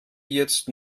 jetzt